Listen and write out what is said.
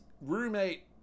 roommate